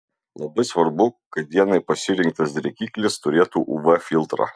labai svarbu kad dienai pasirinktas drėkiklis turėtų uv filtrą